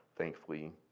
Thankfully